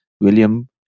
William